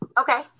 Okay